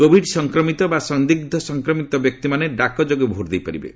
Covid ସଫକ୍ରମିତ ବା ସନ୍ଦିଗ୍ମ ସଂକ୍ରମିତ ବ୍ୟକ୍ତିମାନେ ଡାକଯୋଗେ ଭୋଟ ଦେଇପାରିବେ